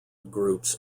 groups